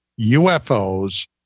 UFOs